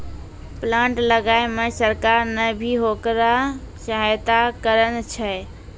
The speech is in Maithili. प्लांट लगाय मॅ सरकार नॅ भी होकरा सहायता करनॅ छै